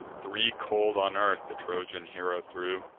three cold on earth the trojan hero threw,